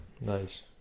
nice